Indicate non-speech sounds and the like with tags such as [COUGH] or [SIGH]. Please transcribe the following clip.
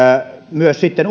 sitten [UNINTELLIGIBLE]